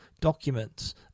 documents